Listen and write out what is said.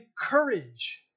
courage